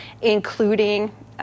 including